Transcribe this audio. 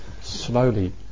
slowly